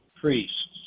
Priests